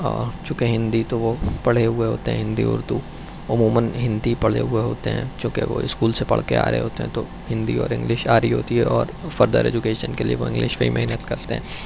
اور چوں کہ ہندی تو وہ پڑھے ہوئے ہوتے ہیں ہندی اردو عموماً ہندی پڑھے ہوئے ہوتے ہیں چوں کہ وہ اسکول سے پڑھ کے آ رہے ہوتے ہیں تو ہندی اور انگلش آ رہی ہوتی ہے اور فردر ایجوکیشن کے لیے وہ انگلش پہ ہی محنت کرتے ہیں